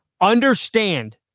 understand